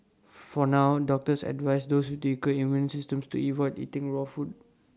for now doctors advise those with weaker immune systems to IT void eating raw food